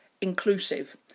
inclusive